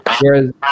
Whereas